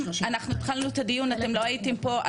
אנחנו התחלנו את הדיון ואתם לא הייתם פה,